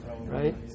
right